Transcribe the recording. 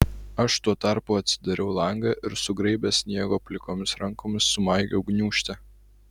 aš tuo tarpu atsidariau langą ir sugraibęs sniego plikomis rankomis sumaigiau gniūžtę